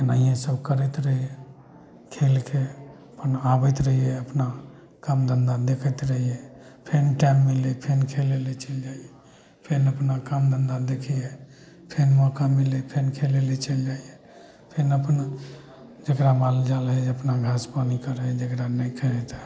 एनाहिये सब करैत रहै खेलके अपन आबैत रहियै अपना कामधन्धा देखैत रहियै फेर टाइम मिलै फेर खेलै लए चलि जाइ फेर अपना कामधन्धा देखियै फेर मौका मिलै फेर खेलै लए चलि जइयै फेर अपन जेकरा मालजाल हइ अपन घास पानि कर हइ जेकरा नहि खाइ हइ तऽ